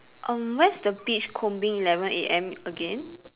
um where's the beach combing eleven A_M again